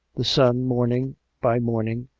the sun, morning by morning,